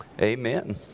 Amen